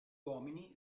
uomini